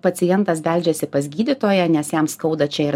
pacientas beldžiasi pas gydytoją nes jam skauda čia ir